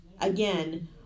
again